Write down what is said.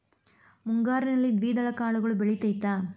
ಮುಂಗಾರಿನಲ್ಲಿ ದ್ವಿದಳ ಕಾಳುಗಳು ಬೆಳೆತೈತಾ?